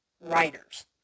writers